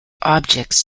objects